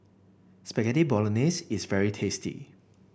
Spaghetti Bolognese is very tasty